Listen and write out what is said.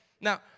now